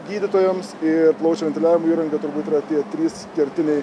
gydytojams ir plaučių ventiliavimo įranga turbūt yra tie trys kertiniai